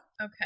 Okay